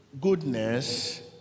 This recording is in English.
goodness